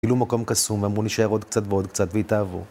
כאילו מקום קסום, אמרו נשאר עוד קצת ועוד קצת, והתאהבו.